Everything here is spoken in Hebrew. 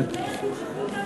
אז מעולה,